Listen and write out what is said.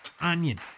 onion